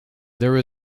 there